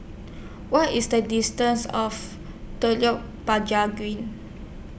What IS The distance of Telok Green